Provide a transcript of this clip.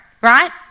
right